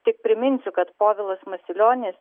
tik priminsiu kad povilas masilionis